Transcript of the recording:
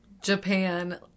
Japan